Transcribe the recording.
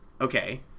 okay